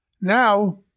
Now